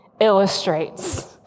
illustrates